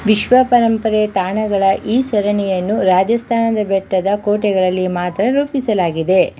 ವಿಶ್ವ ಪರಂಪರೆಯ ತಾಣಗಳ ಈ ಸರಣಿಯನ್ನು ರಾಜಸ್ತಾನದ ಬೆಟ್ಟದ ಕೋಟೆಗಳಲ್ಲಿ ಮಾತ್ರ ರೂಪಿಸಲಾಗಿದೆ